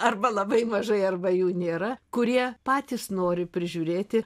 arba labai mažai arba jų nėra kurie patys nori prižiūrėti